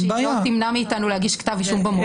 שהיא לא תמנע מאיתנו להגיש כתב אישום במועד.